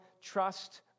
trust